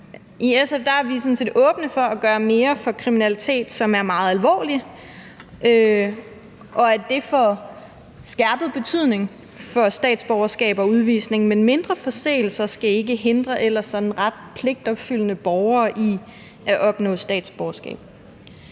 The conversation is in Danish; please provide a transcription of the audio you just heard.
set åbne for at gøre mere i forhold til kriminalitet, som er meget alvorlig, og for, at det får skærpet betydning for statsborgerskab og udvisning, men mindre forseelser skal ikke hindre ellers sådan ret pligtopfyldende borgere i at opnå statsborgerskab.